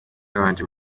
yabanje